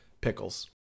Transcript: pickles